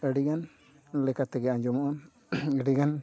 ᱟᱹᱰᱤ ᱜᱟᱱ ᱞᱮᱠᱟ ᱛᱮᱜᱮ ᱟᱸᱡᱚᱢᱚᱜᱼᱟ ᱟᱹᱰᱤ ᱜᱟᱱ